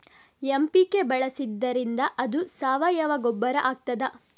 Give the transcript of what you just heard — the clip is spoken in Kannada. ಎಂ.ಪಿ.ಕೆ ಬಳಸಿದ್ದರಿಂದ ಅದು ಸಾವಯವ ಗೊಬ್ಬರ ಆಗ್ತದ?